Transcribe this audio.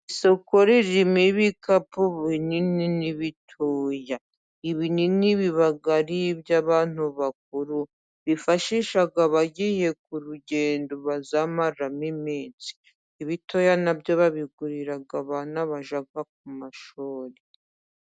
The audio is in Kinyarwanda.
Isoko ririmo ibikapu binini n'ibitoya. Ibinini biba ari iby'abantu bakuru bifashisha bagiye ku rugendo baza bazamararamo iminsi, ibitoya nabyo babigurira abana bajya ku mashuri.